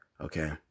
Okay